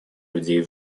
людей